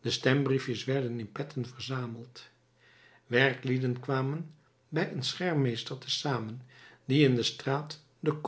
de stembriefjes werden in petten verzameld werklieden kwamen bij een schermmeester te zamen die in de straat de